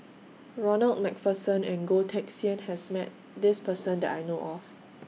Ronald MacPherson and Goh Teck Sian has Met This Person that I know of